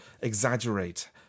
exaggerate